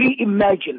reimagine